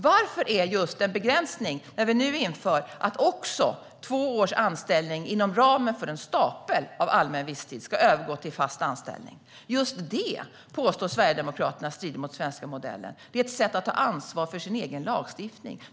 Varför är Sverigedemokraterna mot just den begränsning vi nu inför - att också två års anställning inom ramen för en stapel av allmän visstid ska övergå till fast anställning? Just det påstår Sverigedemokraterna strider mot den svenska modellen. Det här är ett sätt att ta ansvar för sin egen lagstiftning.